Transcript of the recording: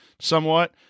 somewhat